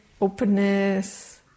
openness